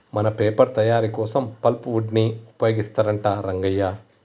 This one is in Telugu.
మన పేపర్ తయారీ కోసం పల్ప్ వుడ్ ని ఉపయోగిస్తారంట రంగయ్య